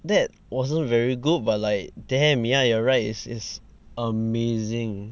that wasn't very good but like damn ya you are right it's it's amazing